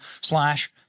slash